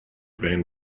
van